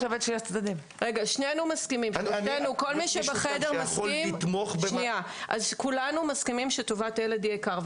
כל מי שבחדר מסכים שטובת הילד היא העיקר,